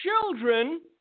children